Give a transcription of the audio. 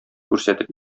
күрсәтеп